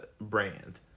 brand